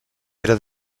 era